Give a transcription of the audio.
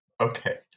okay